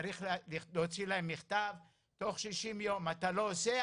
צריך להוציא להם מכתב שאם תוך שישים יום אתם לא עושים,